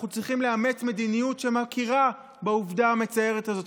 אנחנו צריכים לאמץ מדיניות שמכירה בעובדה המצערת הזאת.